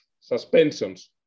suspensions